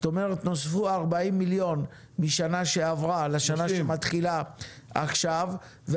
זה אומר שנוספו 30 מיליונים מהשנה שעברה לשנה שמתחילה עכשיו.